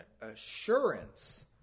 assurance